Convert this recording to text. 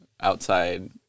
outside